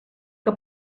que